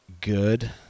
good